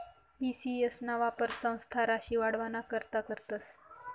E C S ना वापर संस्था राशी वाढावाना करता करतस